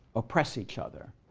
oppress each other,